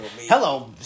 hello